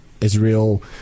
Israel